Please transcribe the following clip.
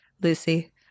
Lucy